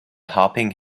hopping